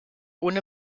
ohne